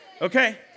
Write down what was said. Okay